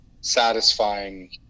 satisfying